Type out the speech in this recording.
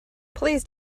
please